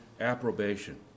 approbation